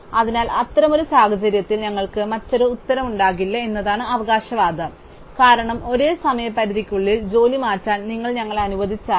അതിനാൽ അത്തരമൊരു സാഹചര്യത്തിൽ ഞങ്ങൾക്ക് മറ്റൊരു ഉത്തരമുണ്ടാകില്ല എന്നതാണ് അവകാശവാദം കാരണം ഒരേ സമയപരിധിക്കുള്ളിൽ ജോലി മാറ്റാൻ നിങ്ങൾ ഞങ്ങളെ അനുവദിച്ചാലും